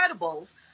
Incredibles